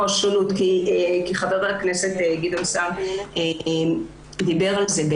השונות כי חבר הכנסת גדעון סער דיבר על זה.